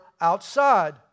outside